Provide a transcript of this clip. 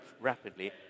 rapidly